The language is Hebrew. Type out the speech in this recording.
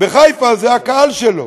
בחיפה זה הקהל שלו,